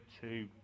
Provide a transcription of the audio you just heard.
two